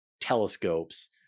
telescopes